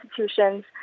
institutions